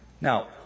Now